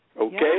Okay